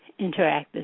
interactive